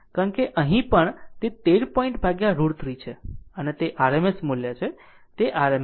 કારણ કે અહીં પણ તે 13 પોઇન્ટ √ 3 છે અને તે rms મૂલ્ય છે તે rms મૂલ્ય છે ખરેખર 13